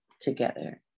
together